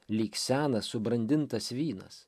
lyg senas subrandintas vynas